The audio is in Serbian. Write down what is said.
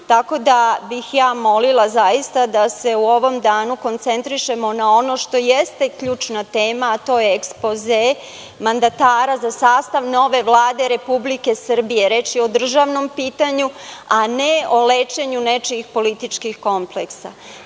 izbora. Molila bih zaista da se u ovom danu koncentrišemo na ono što jeste ključna tema, a to je ekspoze mandatara za sastav nove Vlade Republike Srbije. Reč je o državnom pitanju, a ne o lečenju nečijih političkih kompleksa,